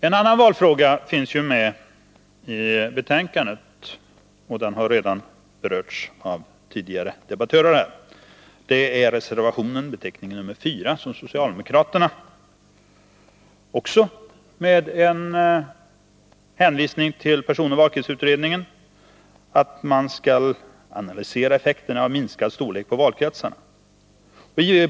En annan valfråga finns med i betänkandet, och den har redan berörts av tidigare debattörer. Det gäller reservation 4 där socialdemokraterna, också med hänvisning till personvalsoch valkretsutredningen, vill att effekterna av en minskad storlek på valkretsarna skall analyseras.